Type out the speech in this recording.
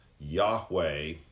yahweh